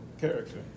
character